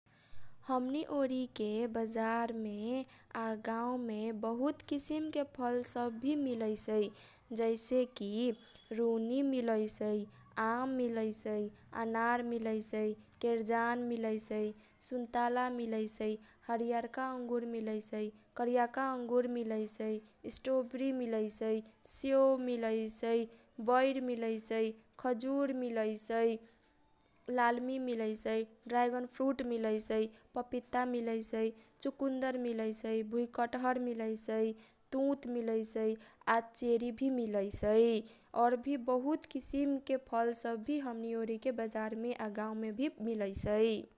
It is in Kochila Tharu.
हमनी ओरी के बजार आ गाउँमे बहुत किसिमके फलसब भि मिलैसै जैसेकि रूनी, आम, आनार, केरजान, सुन्ताला, हरियरका अंगुर, करियाका अंगुर, सटोबेरी, सेउ, बैर, खजुर, लालमी, डराएगन फुरूट, पपिता, चुकुनदर, तुत